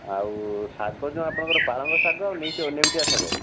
ଆଉ ଶାଗ ଯେଉଁ ଆପଣଙ୍କର ପାଳଙ୍ଗ ଶାଗ ନେଉଟିଆ ଶାଗ